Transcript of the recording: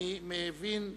אני מבין,